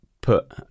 put